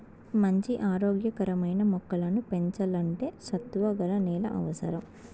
మంచి ఆరోగ్య కరమైన మొక్కలను పెంచల్లంటే సత్తువ గల నేల అవసరం